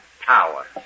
power